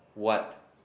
what